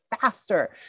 faster